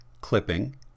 Clipping